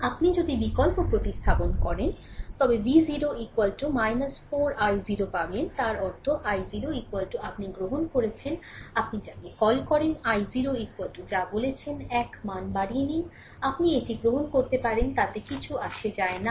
আপনি যদি বিকল্প প্রতিস্থাপন করেন তবে V0 4 i0 পাবেন তার অর্থ i0 আপনি গ্রহণ করেছেন আপনি যাকে কল করেন i0 যা বলছেন 1 মান বাড়িয়ে নিন আপনি এটি গ্রহণ করতে পারেন তাতে কিছু আসে যায় না